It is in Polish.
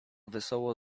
wesoło